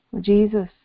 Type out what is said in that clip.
Jesus